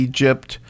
Egypt